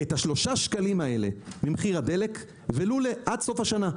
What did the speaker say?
את שלושת השקלים האלה ממחיר הדלק ולו עד סוף השנה.